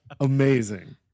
Amazing